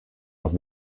noch